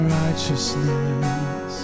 righteousness